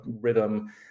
rhythm